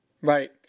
Right